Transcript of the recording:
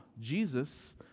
Jesus